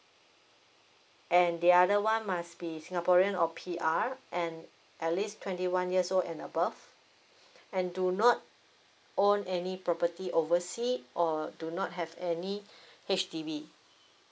and the other one must be singaporean or P_R and at least twenty one years old and above and do not own any property overseas or do not have any H_D_B